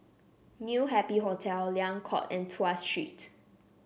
New Happy Hotel Liang Court and Tuas Street